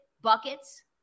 buckets